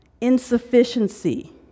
insufficiency